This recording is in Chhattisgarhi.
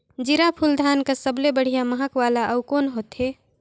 जीराफुल धान कस सबले बढ़िया महक वाला अउ कोन होथै?